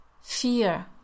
fear